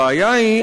הבעיה היא,